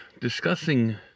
discussing